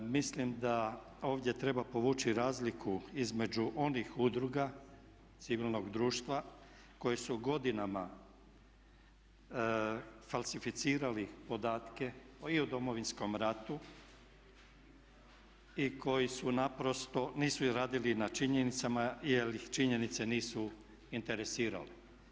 Mislim da ovdje treba povući razliku između onih udruga civilnog društva koji su godinama falsificirali podatke i o Domovinskom ratu i koji su naprosto, nisu ih radili na činjenicama jer ih činjenice nisu interesirale.